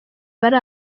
bari